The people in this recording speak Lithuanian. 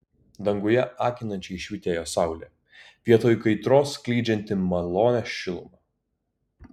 danguje akinančiai švytėjo saulė vietoj kaitros skleidžianti malonią šilumą